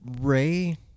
Ray